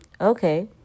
okay